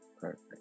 Perfect